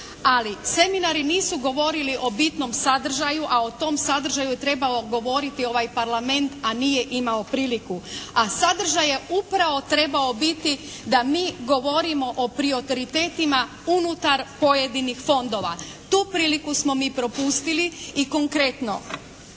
Ali seminari nisu govorili o bitnom sadržaju, a o tom sadržaju je trebao govoriti ovaj Parlament a nije imao priliku. A sadržaj je upravo trebao biti da mi govorimo o prioritetima unutar pojedinih fondova. Tu priliku smo mi propustili. I konkretno,